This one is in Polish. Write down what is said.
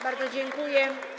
Bardzo dziękuję.